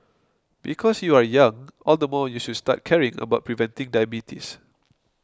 because you are young all the more you should start caring about preventing diabetes